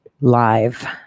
live